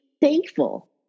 thankful